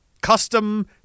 Custom